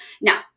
Now